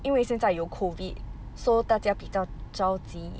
因为现在有 COVID so 大家比较着急